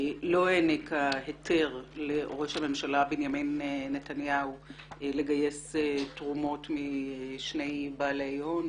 לא העניקה היתר לראש הממשלה בנימין נתניהו לגייס תרומות משני בעלי הון,